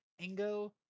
Ingo